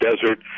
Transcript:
Desert